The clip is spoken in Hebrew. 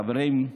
חברים,